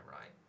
right